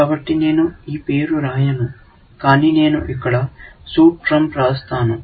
కాబట్టి నేను ఈ పేరు రాయను కాని నేను ఇక్కడ సూట్ ట్రంప్ వ్రాస్తాను